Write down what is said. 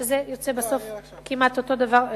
שזה יוצא בסוף כמעט אותו הדבר.